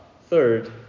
Third